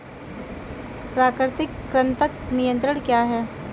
प्राकृतिक कृंतक नियंत्रण क्या है?